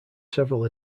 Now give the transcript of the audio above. several